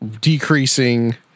decreasing